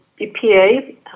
EPA